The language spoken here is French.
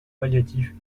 palliatifs